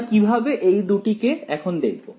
আমরা কিভাবে এই দুটি কে এখন দেখব